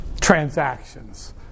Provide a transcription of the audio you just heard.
transactions